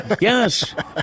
Yes